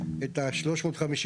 את ה- 35,